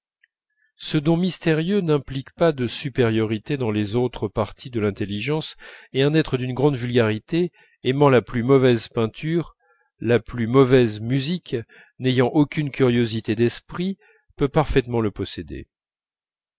ce don mystérieux n'implique pas de supériorité dans les autres parties de l'intelligence et un être d'une grande vulgarité aimant la plus mauvaise peinture la plus mauvaise musique n'ayant aucune curiosité d'esprit peut parfaitement le posséder